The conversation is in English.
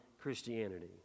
Christianity